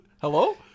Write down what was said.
Hello